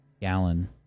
Gallon